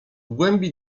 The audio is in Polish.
głębi